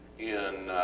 in